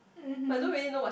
mmhmm